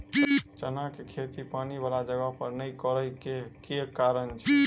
चना केँ खेती पानि वला जगह पर नै करऽ केँ के कारण छै?